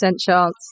chance